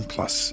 Plus